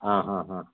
ಹಾಂ ಹಾಂ ಹಾಂ